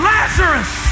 Lazarus